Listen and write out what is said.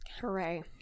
hooray